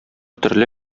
төрле